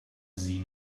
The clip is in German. sie